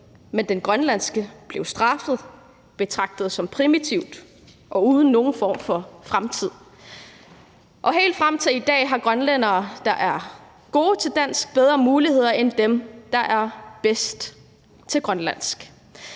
mens det grønlandske blev straffet og betragtet som primitivt og uden nogen form for fremtid. Helt frem til i dag har grønlændere, der er gode til dansk, bedre muligheder end dem, der er bedst til grønlandsk.